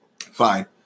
Fine